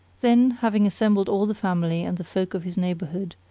then, having assembled all the family and the folk of his neighbourhood,